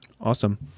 Awesome